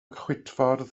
chwitffordd